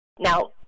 Now